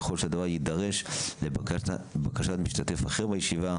ככל שהדבר יידרש לבקשת משתתף אחר בישיבה,